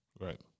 Right